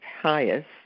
highest